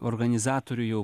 organizatorių jau